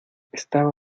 estaba